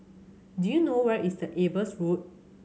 do you know where is the Ebers Road